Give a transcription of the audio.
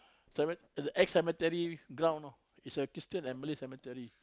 ceme~ ex cemetery ground know is a christian and Malay cemetery